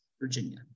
Virginia